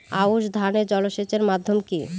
আউশ ধান এ জলসেচের মাধ্যম কি?